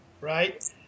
right